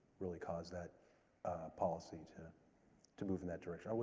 really caused that policy to to move in that direction.